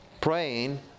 praying